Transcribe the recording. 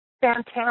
fantastic